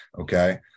okay